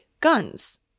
guns